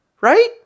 Right